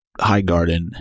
Highgarden